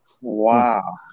Wow